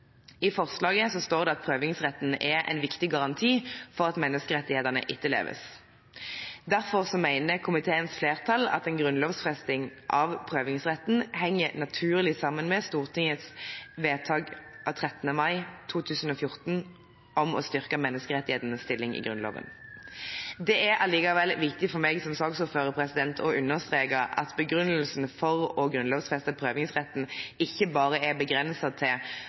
I forslaget står det at prøvingsretten er en viktig garanti for at menneskerettighetene etterleves. Derfor mener komiteens flertall at en grunnlovfesting av prøvingsretten henger naturlig sammen med Stortingets vedtak av 13. mai 2014 om å styrke menneskerettighetenes stilling i Grunnloven. Det er allikevel viktig for meg som saksordfører å understreke at begrunnelsen for å grunnlovfeste prøvingsretten ikke bare er begrenset til